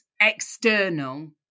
external